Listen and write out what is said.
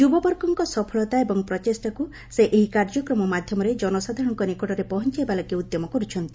ଯୁବବର୍ଗଙ୍କ ସଫଳତା ଏବଂ ପ୍ରଚେଷ୍ଟାକୁ ସେ ଏହି କାର୍ଯ୍ୟକ୍ରମ ମାଧ୍ୟମରେ ଜନସାଧାରଣଙ୍କ ନିକଟରେ ପହଞ୍ଚାଇବା ଲାଗି ଉଦ୍ୟମ କର୍ଚ୍ଛନ୍ତି